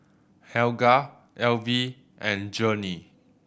Helga Elvie and Journey